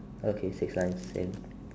okay six lines same